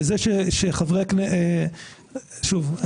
שוב,